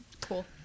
Cool